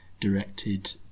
directed